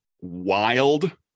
wild